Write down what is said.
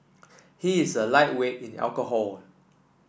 he is a lightweight in alcohol